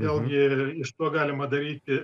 vėlgi iš to galima daryti